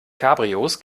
cabrios